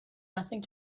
nothing